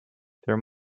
there